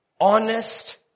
honest